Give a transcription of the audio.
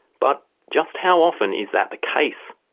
but just how often is that the case?